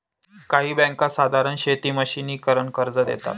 काही बँका साधारण शेती मशिनीकरन कर्ज देतात